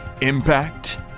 Impact